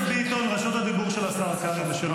רשות הדיבור היא של השר קרעי ושלו בלבד.